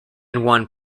juan